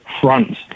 front